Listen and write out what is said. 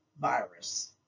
virus